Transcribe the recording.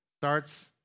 starts